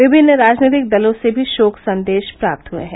विभिन्न राजनीतिक दलों से भी शोक संदेश प्राप्त हुए हैं